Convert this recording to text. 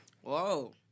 whoa